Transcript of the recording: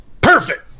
Perfect